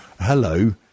hello